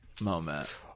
moment